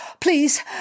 please